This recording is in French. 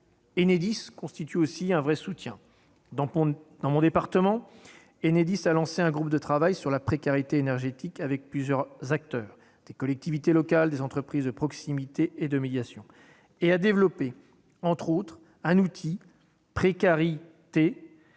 Enedis constitue un vrai soutien. Dans mon département, il a lancé un groupe de travail sur la précarité énergétique avec plusieurs acteurs- collectivités locales, entreprises de proximité et de médiation -et a notamment développé un outil, PrécariTER,